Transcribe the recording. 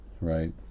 right